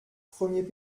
premier